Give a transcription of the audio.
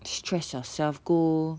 stress yourself go